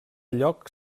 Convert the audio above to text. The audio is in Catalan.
lloc